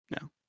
No